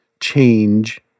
change